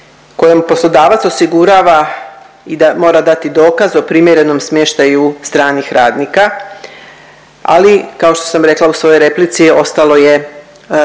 kojom poslodavac osigurava i mora dati dokaz o primjerenom smještaju stranih radnika. Ali kao što sam rekla u svojoj replici ostalo je